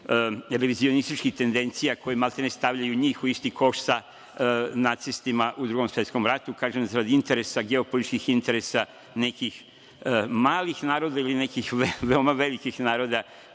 revizionističkih tendencija, koje, maltene, stavljaju njih u isti koš sa nacistima u Drugom svetskom ratu, kažem, zbog interesa, geopolitičkih interesa nekih malih naroda ili nekih veoma velikih naroda